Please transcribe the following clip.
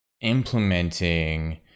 implementing